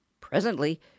Presently